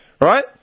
right